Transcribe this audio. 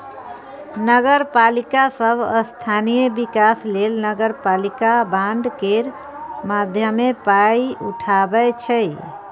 नगरपालिका सब स्थानीय बिकास लेल नगरपालिका बॉड केर माध्यमे पाइ उठाबै छै